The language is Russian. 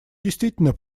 действительно